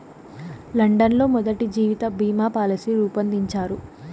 London లో మొదటి జీవిత బీమా పాలసీ రూపొందించారు